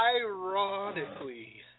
ironically